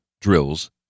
drills